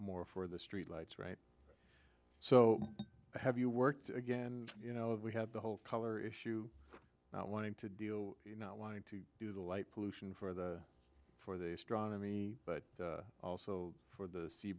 more for the street lights right so have you worked again you know we have the whole color issue not wanting to deal you not wanting to do the light pollution for the for the astronomy but also for the sea